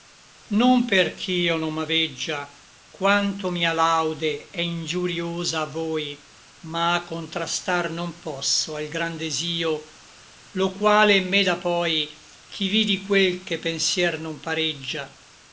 ascose non perch'io non m'aveggia quanto mia laude è ngiurïosa a voi ma contrastar non posso al gran desio lo quale è n me da poi ch'i vidi quel che pensier non pareggia